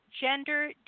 gender